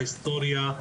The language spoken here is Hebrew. בהיסטוריה,